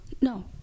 No